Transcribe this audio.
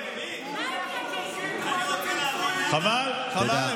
ענייני, חבל, חבל.